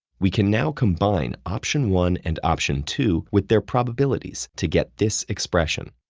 we can now combine option one and option two with their probabilities to get this expression.